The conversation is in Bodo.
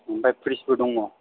ओमफ्राय फ्रिद्जबो दङ